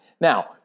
Now